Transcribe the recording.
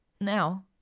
Now